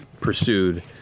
pursued